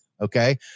Okay